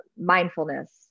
mindfulness